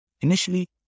Initially